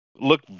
look